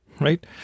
Right